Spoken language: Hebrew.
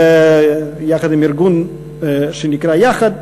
יחד עם ארגון שנקרא "יחד",